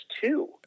two